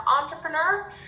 entrepreneur